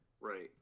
Right